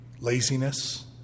laziness